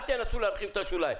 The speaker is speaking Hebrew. אל תנסו להרחיב את השוליים.